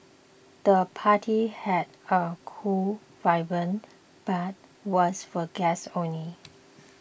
the party had a cool vibe but was for guests only